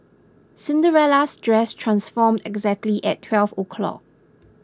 Cinderella's dress transformed exactly at twelve o'clock